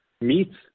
meets